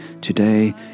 Today